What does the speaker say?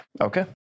Okay